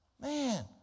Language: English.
Man